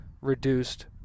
reduced